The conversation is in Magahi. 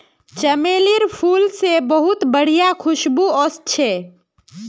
चमेलीर फूल से बहुत बढ़िया खुशबू वशछे